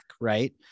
right